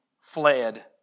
fled